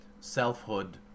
selfhood